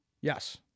Yes